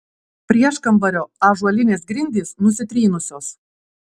prieškambario ąžuolinės grindys nusitrynusios